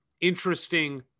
interesting